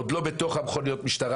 עוד לא בתוך מכוניות המשטרה,